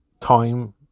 time